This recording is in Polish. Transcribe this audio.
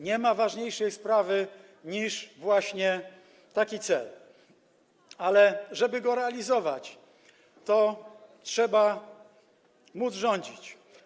Nie ma ważniejszej sprawy niż właśnie taki cel, ale żeby go realizować, to trzeba móc rządzić.